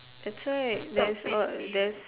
that's why there's a there's